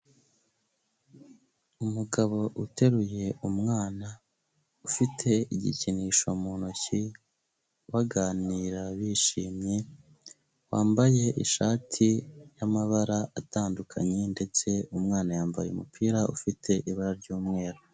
Umugabo uteruye umwana ufite igikinisho mu ntoki, baganira bishimye, wambaye ishati y'amabara atandukanye ndetse umwana yambaye umupira ufite ibara ry'umweru.